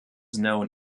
known